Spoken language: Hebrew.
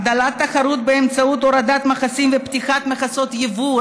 הגדלת תחרות באמצעות הורדת מכסים ופתיחת מכסות יבוא,